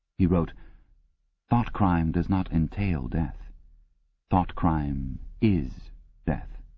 he wrote thoughtcrime does not entail death thoughtcrime is death.